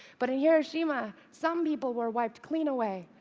but in hiroshima, some people were wiped clean away,